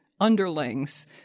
underlings